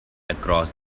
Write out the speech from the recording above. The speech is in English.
across